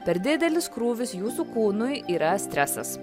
per didelis krūvis jūsų kūnui yra stresas